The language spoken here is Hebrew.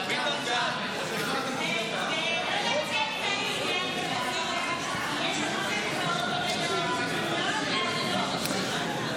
הודעת הממשלה על ביטול המשרד לקידום מעמד האישה ושינוי שם המשרד נתקבלה.